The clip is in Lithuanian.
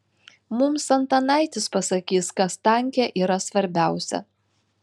mums antanaitis pasakys kas tanke yra svarbiausia